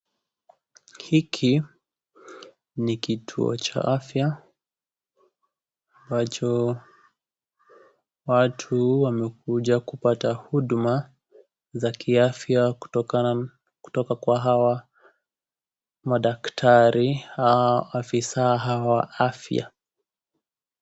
Hiki ni kutuo cha afya, ambacho watu wamekuja kupata huduma za kiafya kutoka kwa hawa madaktari au afisa hawa wa afya.